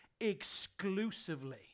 exclusively